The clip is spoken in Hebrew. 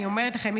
אני אומרת לכם,